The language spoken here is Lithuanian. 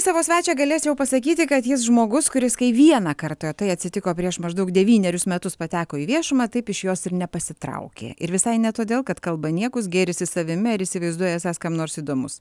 savo svečią galėčiau pasakyti kad jis žmogus kuris kai vieną kartą o tai atsitiko prieš maždaug devynerius metus pateko į viešumą taip iš jos ir nepasitraukė ir visai ne todėl kad kalba niekus gėrisi savimi ar įsivaizduoja esąs kam nors įdomus